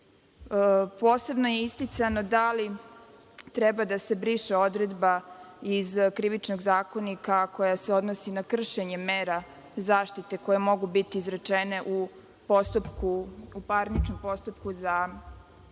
je isticano da li treba da se briše odredba iz Krivičnog zakonika koja se odnosi na kršenje mera zaštite koje budu utvrđene u parničnom postupku.